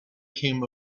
came